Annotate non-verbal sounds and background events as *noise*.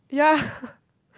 yeah *laughs*